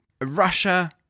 Russia